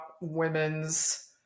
women's